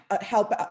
help